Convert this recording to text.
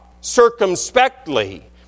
circumspectly